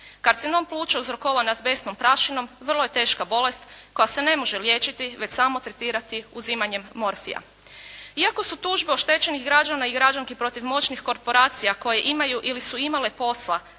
Karcinom pluća uzrokovan azbestnom prašinom vrlo je teška bolest koja se ne može liječiti već samo tretirati uzimanjem morfija. Iako su tužbe oštećenih građana i građanki protiv moćnih korporacija koje imaju ili su imale posla